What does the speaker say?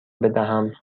بدهم